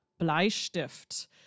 Bleistift